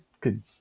good